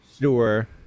Sure